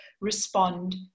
respond